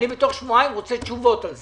אני בתוך שבועיים רוצה תשובות על זה.